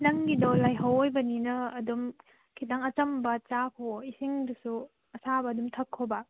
ꯅꯪꯒꯤꯗꯣ ꯂꯥꯏꯍꯧ ꯑꯣꯏꯕꯅꯤꯅ ꯑꯗꯨꯝ ꯈꯤꯇꯪ ꯑꯆꯝꯕ ꯆꯥꯈꯨꯑꯣ ꯏꯁꯤꯡꯗꯨꯁꯨ ꯑꯁꯥꯕ ꯑꯗꯨꯝ ꯊꯛꯈꯣꯕ